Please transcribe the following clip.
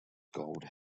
gold